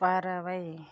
பறவை